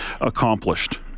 accomplished